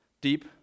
deep